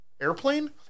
airplane